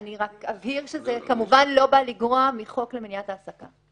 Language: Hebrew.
אני רק אבהיר שזה כמובן לא בא לגרוע מהחוק למניעת העסקה.